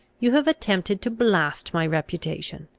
you have attempted to blast my reputation.